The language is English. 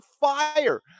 fire